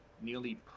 nearly